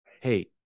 hey